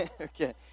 okay